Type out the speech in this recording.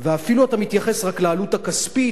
ואפילו אתה מתייחס רק לעלות הכספית,